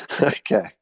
okay